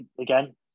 again